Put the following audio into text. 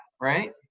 right